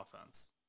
offense